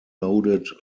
loaded